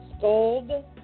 gold